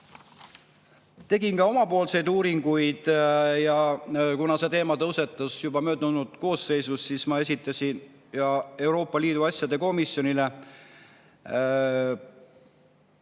ole. Tegin ka omapoolseid uuringuid. Kuna see teema tõusetus juba möödunud koosseisu ajal, siis ma esitasin Euroopa Liidu asjade komisjonis